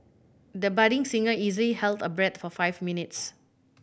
the budding singer easily held her breath for five minutes